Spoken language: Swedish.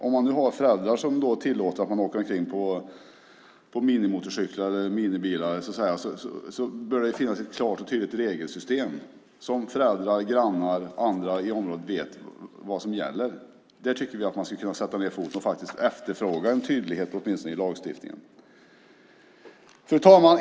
Om man har föräldrar som tillåter att man åker omkring på minimotorcyklar eller minibilar bör det finnas ett klart och tydligt regelsystem, så att föräldrar, grannar och andra i området vet vad som gäller. Där tycker vi att man skulle kunna sätta ned foten och efterfråga tydlighet åtminstone i lagstiftningen. Fru talman!